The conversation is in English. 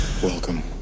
Welcome